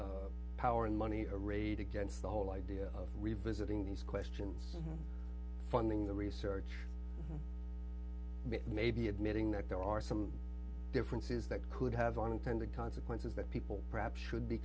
power and money arrayed against the whole idea of revisiting these questions funding the research it may be admitting that there are some differences that could have unintended consequences that people perhaps should be